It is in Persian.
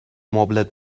مبلت